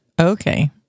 okay